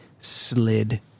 slid